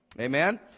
Amen